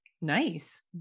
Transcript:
nice